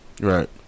Right